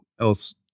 else